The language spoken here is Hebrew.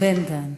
בן-דהן,